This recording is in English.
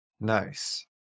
Nice